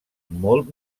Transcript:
molt